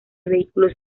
vehículos